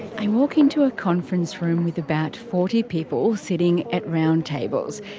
i walk into a conference room with about forty people sitting at round tables.